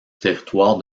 territoire